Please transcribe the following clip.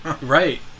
Right